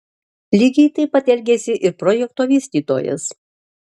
lygiai taip pat elgėsi ir projekto vystytojas